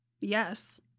Yes